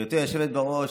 גברתי היושבת בראש,